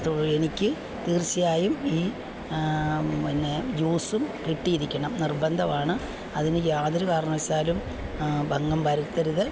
എനിക്ക് തീർച്ചയായും ഈ പെന്നേ ജ്യൂസും കിട്ടിയിരിക്കണം നിർബന്ധമാണ് അതിന് യാതൊരു കാരണവശാലും ഭംഗം വരുത്തരുത്